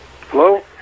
Hello